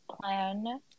Plan